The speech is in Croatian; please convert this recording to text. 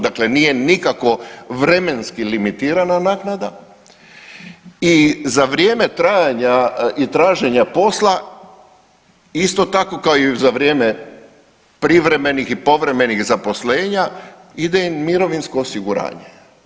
Dakle, nije nikako vremenski limitirana naknada i za vrijeme trajanja i traženja posla isto tako kao i za vrijeme privremenih i povremenih zaposlenja ide im mirovinsko osiguranje.